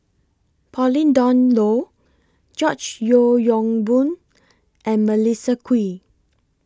Pauline Dawn Loh George Yeo Yong Boon and Melissa Kwee